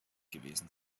gewesen